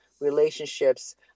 relationships